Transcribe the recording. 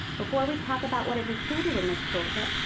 before we talk about what is included in this toolkit,